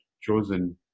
chosen